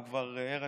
הוא כבר ער,